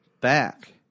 back